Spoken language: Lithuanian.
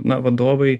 na vadovai